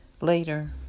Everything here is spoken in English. later